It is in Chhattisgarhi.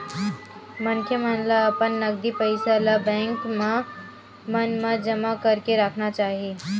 मनखे मन ल अपन नगदी पइया ल बेंक मन म जमा करके राखना चाही